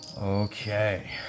Okay